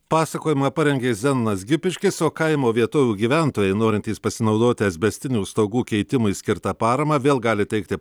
pasakojimą parengė zenonas gipiškis o kaimo vietovių gyventojai norintys pasinaudoti asbestinių stogų keitimui skirta parama vėl gali teikti